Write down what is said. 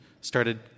started